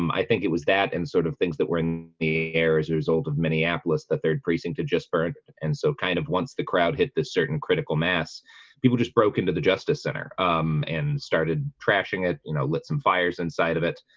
um i think it was that and sort of things that were in the air as a result of minneapolis the third precinct to just burn and so kind of once the crowd hit this certain critical mass people just broke into the justice center, um and started trashing it, you know, lit some fires inside of it